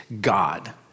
God